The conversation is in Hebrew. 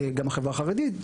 גם החברה החרדית,